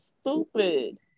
stupid